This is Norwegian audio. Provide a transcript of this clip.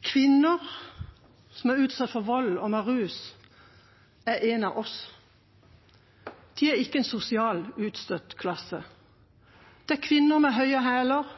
En kvinne som er utsatt for vold under rus, er en av oss. Disse kvinnene er ikke en utstøtt klasse. Det er kvinner med